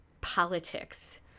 politics